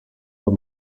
but